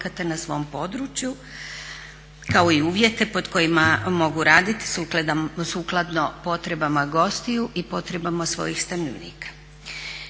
na svom području kao i uvjete pod kojima mogu raditi sukladno potrebama gostiju i potrebama svojih stanovnika.